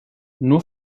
nur